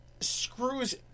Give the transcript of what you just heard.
screws